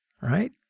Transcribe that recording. right